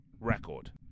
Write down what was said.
record